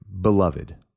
Beloved